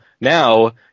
now